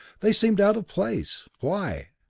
they seemed out of place. why?